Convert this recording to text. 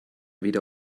wieder